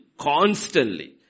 Constantly